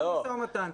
בכל משא ומתן.